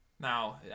Now